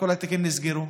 כל התיקים נסגרו.